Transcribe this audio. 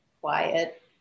quiet